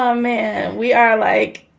um man. we are like,